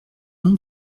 mon